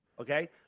Okay